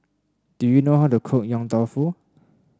do you know how to cook Yong Tau Foo